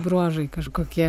bruožai kažkokie